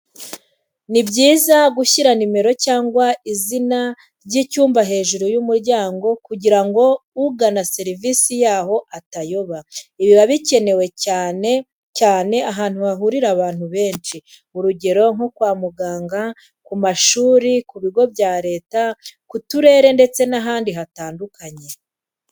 Ni byiza gushyira nimero cyangwa izina ry'icyumba hejuru y'umuryango kugira ngo ugana serivisi yaho atayoba. Ibi biba bikenewe cyane cyane ahantu hahurira abantu benshi, urugero nko kwa muganga, ku mashuri ku bigo bya leta, ku turere ndetse n'ahandi hatandukanye.